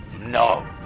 no